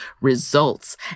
results